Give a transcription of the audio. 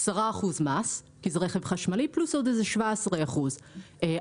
10% מס כי זה רכב חשמלי, פלוס עוד 17% מע"מ.